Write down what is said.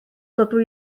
dydw